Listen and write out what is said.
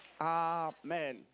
Amen